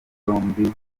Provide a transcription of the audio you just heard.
yombi